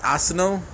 Arsenal